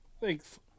Thanks